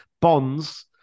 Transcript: Bonds